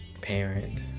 parent